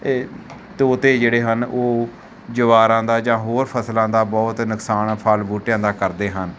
ਏ ਤੋਤੇ ਜਿਹੜੇ ਹਨ ਉਹ ਜਵਾਰਾਂ ਦਾ ਜਾਂ ਹੋਰ ਫਸਲਾਂ ਦਾ ਬਹੁਤ ਨੁਕਸਾਨ ਫ਼ਲ ਬੂਟਿਆਂ ਦਾ ਕਰਦੇ ਹਨ